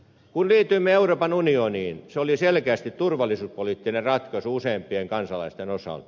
kun liityimme euroopan unioniin se oli selkeästi turvallisuuspoliittinen ratkaisu useimpien kansalaisten osalta